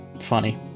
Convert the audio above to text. funny